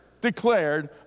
declared